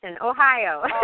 Ohio